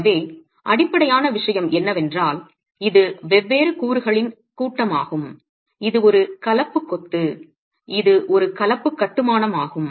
எனவே அடிப்படையான விஷயம் என்னவென்றால் இது வெவ்வேறு கூறுகளின் கூட்டமாகும் இது ஒரு கலப்பு கொத்து இது ஒரு கலப்பு கட்டுமானமாகும்